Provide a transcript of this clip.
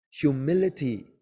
humility